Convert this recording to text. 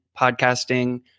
podcasting